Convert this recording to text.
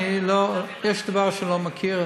אם יש דבר שאני לא מכיר,